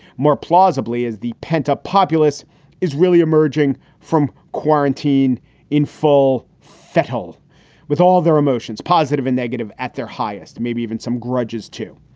more plausibly is the pent up populace is really emerging from quarantine in full fettle with all their emotions positive and negative at their highest. maybe even some grudges, too.